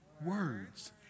words